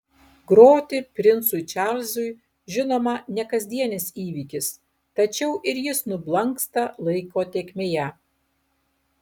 groti princui čarlzui žinoma ne kasdienis įvykis tačiau ir jis nublanksta laiko tėkmėje